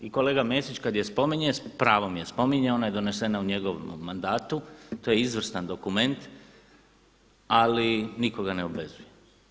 I kolega Mesić kada je spominje, s pravom je spominje, ona je donesena u njegovom mandatu, to je izvrstan dokument ali nitko ga ne obvezuje.